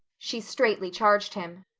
she straitly charged him.